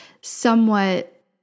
somewhat